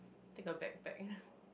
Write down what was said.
take a backpack